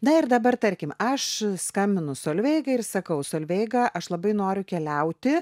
na ir dabar tarkim aš skambinu solveigai ir sakau solveiga aš labai noriu keliauti